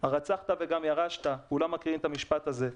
הרצחת וגם ירשת, כולם מכירים את המשפט הזה.